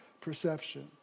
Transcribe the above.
perception